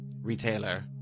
retailer